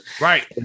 Right